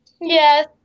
Yes